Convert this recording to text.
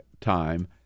time